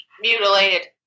mutilated